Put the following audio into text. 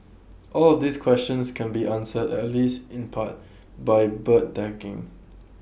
all of these questions can be answered at least in part by bird tagging